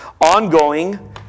Ongoing